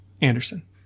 Anderson